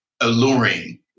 alluring